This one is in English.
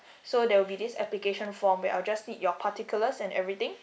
so there will be this application form where I'll just need your particulars and everything